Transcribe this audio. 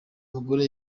mugore